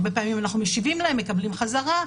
הרבה פעמים אנחנו משיבים להם, מקבלים חזרה.